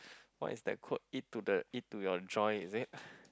what is the quote eat to the eat to your joint is it